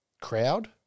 crowd